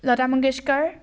Lata Mangeshkar